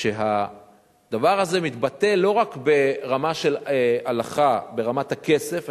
שהדבר הזה מתבטא לא רק ברמה של הלכה ברמת הכסף,